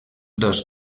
dos